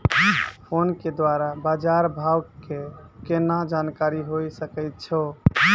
Phone के द्वारा बाज़ार भाव के केना जानकारी होय सकै छौ?